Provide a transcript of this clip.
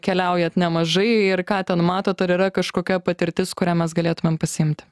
keliaujat nemažai ir ką ten matot ar yra kažkokia patirtis kurią mes galėtumėm pasiimti